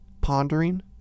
pondering